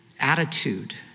attitude